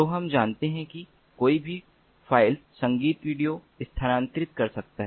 तो आप जानते हैं कि कोई भी फ़ाइल संगीत वीडियो स्थानांतरित कर सकता है